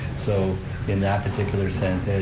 so in that particular sense,